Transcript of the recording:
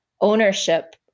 ownership